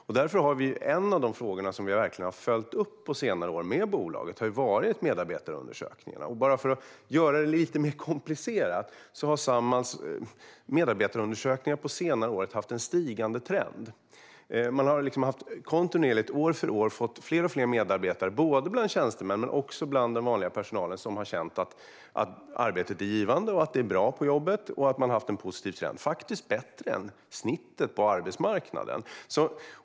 En av de frågor vi på senare år verkligen har följt upp med bolaget är därför medarbetarundersökningarna, och bara för att göra det lite mer komplicerat har Samhalls medarbetarundersökningar på senare år haft en stigande trend. Man har kontinuerligt, år för år, fått fler och fler medarbetare - både bland tjänstemännen och bland den vanliga personalen - som har känt att arbetet är givande och att det är bra på jobbet. Man har haft en positiv trend som faktiskt är bättre än snittet på arbetsmarknaden.